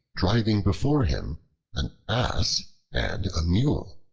driving before him an ass and a mule,